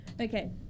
Okay